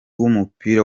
w’umupira